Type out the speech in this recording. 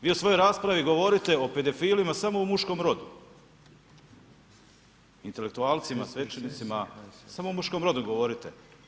Vi u svojoj raspravi govorite o pedofilima samo u muškom rodu, intelektualcima, svećenicima, samo u muškom rodu govorite.